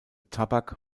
tabak